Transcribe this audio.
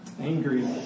angry